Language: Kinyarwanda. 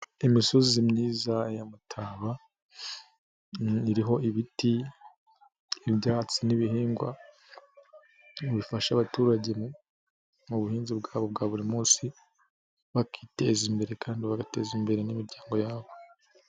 Imisozi myiza ya mutaba, iriho ibiti, ibyatsi n'ibihingwa, bifasha abaturage mu buhinzi bwabo bwa buri munsi, bakiteza imbere kandi bagateza imbere n'imiryango yabo.